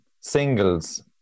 singles